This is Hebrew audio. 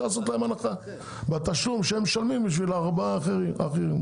לעשות להם הנחה בתשלום שהם משלמים בשביל הארבעה האחרים.